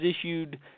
issued